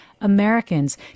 Americans